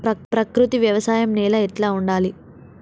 ప్రకృతి వ్యవసాయం నేల ఎట్లా ఉండాలి?